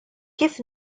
kif